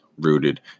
rooted